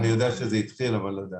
אני יודע שזה התחיל, אבל אני לא יודע.